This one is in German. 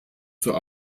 zur